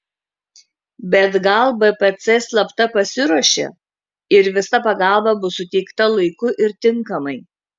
bet gal bpc slapta pasiruošė ir visa pagalba bus suteikta laiku ir tinkamai